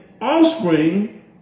offspring